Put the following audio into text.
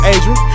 Adrian